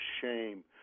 shame